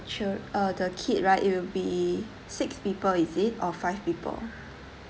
child~ uh the kid right it will be six people is it or five people